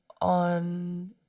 on